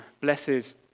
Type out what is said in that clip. blesses